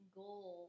goal